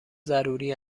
ضروری